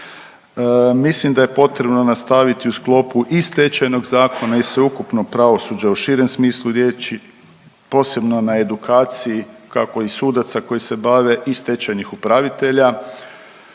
Mislim da je potrebno nastaviti u sklopu i Stečajnog zakona i sveukupnog pravosuđa u širem smislu riječi, posebno na edukaciji kako i sudaca koji se bave i stečajnih upravitelja.